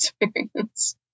experience